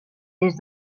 des